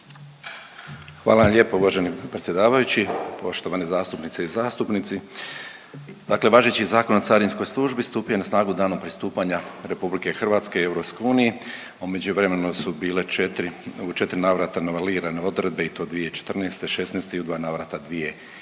Hvala vam lijepo uvaženi predsjedavajući. Poštovane zastupnice i zastupnici, dakle važeći Zakon o carinskoj službi stupio je na snagu danom pristupanja RH EU, u međuvremenu su bile 4, u 4 navrata novelirane odredbe i to 2014. i '16. i u dva navrata 2019.g.,